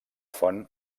font